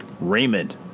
Raymond